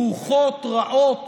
רוחות רעות